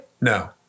no